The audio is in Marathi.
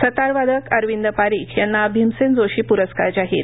सतारवादक अरविंद पारिख यांना भीमसेन जोशी प्रस्कार जाहीर